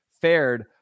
fared